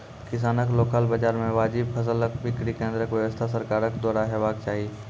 किसानक लोकल बाजार मे वाजिब फसलक बिक्री केन्द्रक व्यवस्था सरकारक द्वारा हेवाक चाही?